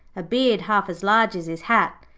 a beard half as large as his hat,